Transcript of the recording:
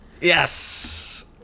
yes